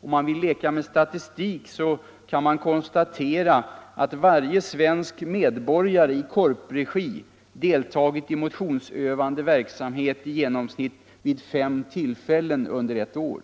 Om man vill leka med statistik kan man konstatera att varje svensk medborgare i korpregi deltagit i motionsutövande verksamhet i genomsnitt vid 5 tillfällen under ett år!